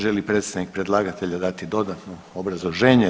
Želi li predstavnik predlagatelja dati dodatno obrazloženje?